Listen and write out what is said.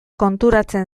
konturatzen